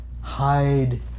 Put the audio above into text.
hide